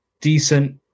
decent